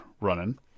running